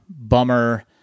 Bummer